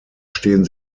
stehen